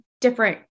different